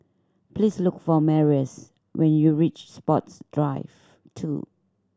please look for Marius when you reach Sports Drive Two